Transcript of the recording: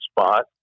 spot